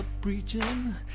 preaching